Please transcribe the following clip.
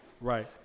Right